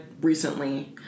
recently